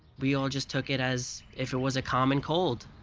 we all just took it as if it was a common cold.